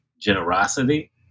generosity